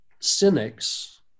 Cynics